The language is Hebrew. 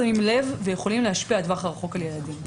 שאולי לא שמים לב ויכולים להשפיע לטווח רחוק על ילדים.